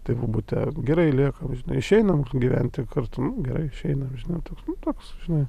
tėvų bute gerai liekam žinai išeinam gyventi kartu nu gerai išeinam žinai toks nu toks žinai